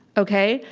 okay?